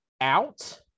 out